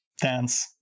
dance